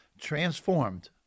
transformed